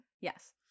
Yes